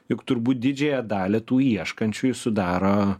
juk turbūt didžiąją dalį tų ieškančiųjų sudaro